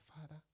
Father